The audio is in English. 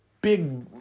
big